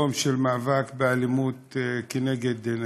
יום של מאבק באלימות נגד נשים.